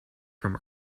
from